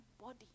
body